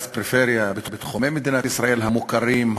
ופריפריה בתחומי מדינת ישראל המוכרים,